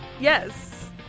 Yes